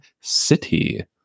City